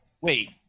wait